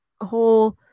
whole